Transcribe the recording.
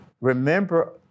remember